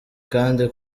kandi